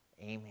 Amen